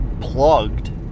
plugged